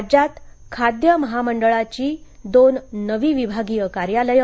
राज्यात खाद्य महामंडळाची दोन नवी विभागीय कार्यालयं